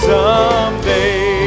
Someday